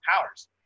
powers